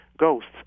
ghosts